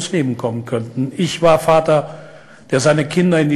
מה זה אומר שהורים בשדרות ובאשקלון כל יום